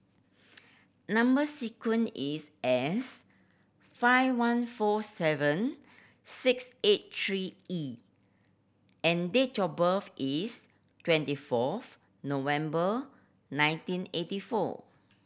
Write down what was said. number sequence is S five one four seven six eight three E and date of birth is twenty fourth November nineteen eighty four